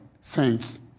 saints